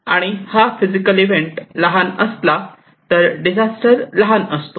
आणि हा physical event लहान असला तर डिझास्टर लहान असतो